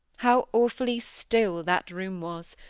how awfully still that room was!